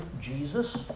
Jesus